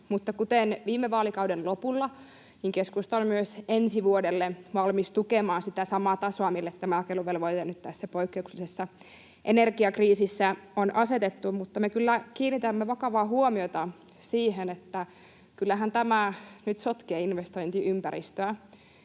kuten viime vaalikauden lopulla, keskusta on myös ensi vuodelle valmis tukemaan sitä samaa tasoa, mille tämä jakeluvelvoite nyt tässä poikkeuksellisessa energiakriisissä on asetettu. Mutta me kyllä kiinnitämme vakavaa huomiota siihen, että kyllähän tämä nyt sotkee investointiympäristöä